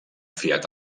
fiat